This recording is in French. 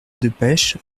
delpech